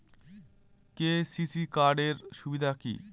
KCC card এর সুবিধা কি?